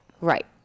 Right